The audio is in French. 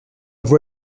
voie